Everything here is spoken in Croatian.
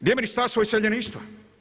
Gdje je Ministarstvo iseljeništva?